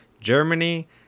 Germany